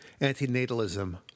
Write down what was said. antinatalism